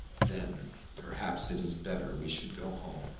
then perhaps it is better we should go home,